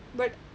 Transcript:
but